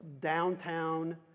downtown